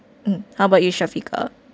uh how about you shafiqah